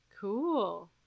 Cool